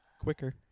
quicker